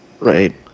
Right